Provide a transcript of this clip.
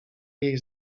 jej